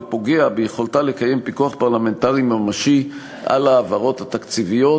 ופוגע ביכולתה לקיים פיקוח פרלמנטרי ממשי על ההעברות התקציביות,